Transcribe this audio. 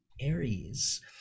aries